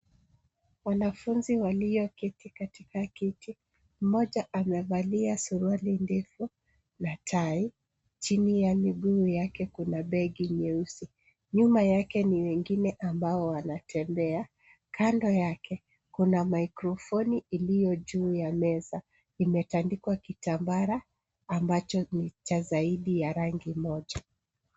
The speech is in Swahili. Wanafunzi walioketi katika kiti. Moja amevalia suruali ndefu na tai chini ya miguu yake kuna begi nyeusi. Nyuma yake ni nyingine ambao wanatembea, kando yake kuna mikrofoni iliyo juu ya meza imetandikwa kitambara ambacho ni cha zaidi ya rangi moja.